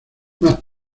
más